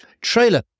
trailer